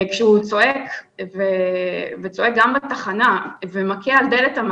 הוא צעק גם בתחנה והכה על דלת חדר